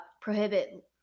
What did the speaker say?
prohibit